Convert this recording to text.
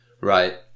Right